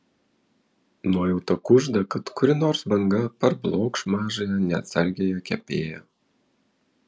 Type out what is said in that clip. nuojauta kužda kad kuri nors banga parblokš mažąją neatsargiąją kepėją